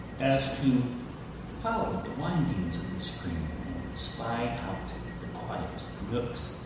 as to follow the windings of the stream, and spy out the quiet nooks,